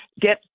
get